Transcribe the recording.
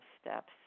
steps